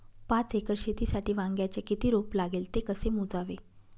पाच एकर शेतीसाठी वांग्याचे किती रोप लागेल? ते कसे मोजावे?